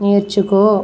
నేర్చుకో